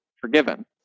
forgiven